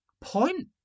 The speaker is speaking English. point